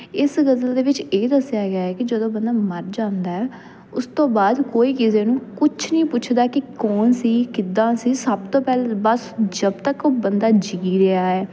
ਇਸ ਗਜ਼ਲ ਦੇ ਵਿੱਚ ਇਹ ਦੱਸਿਆ ਗਿਆ ਕਿ ਜਦੋਂ ਬੰਦਾ ਮਰ ਜਾਂਦਾ ਉਸ ਤੋਂ ਬਾਅਦ ਕੋਈ ਕਿਸੇ ਨੂੰ ਕੁਛ ਨਹੀਂ ਪੁੱਛਦਾ ਕਿ ਕੌਣ ਸੀ ਕਿੱਦਾਂ ਸੀ ਸਭ ਤੋਂ ਪਹਿਲਾਂ ਬਸ ਜਬ ਤੱਕ ਉਹ ਬੰਦਾ ਜੀਅ ਰਿਹਾ ਹੈ